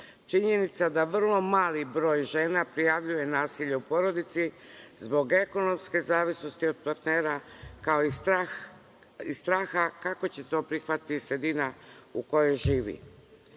da vrlo mali broj žena prijavljuje nasilje u porodice zbog ekonomske zavisnosti od partnera, kao i straha kako će to prihvatiti sredina u kojoj živi.